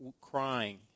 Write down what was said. crying